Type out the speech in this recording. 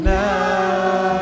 now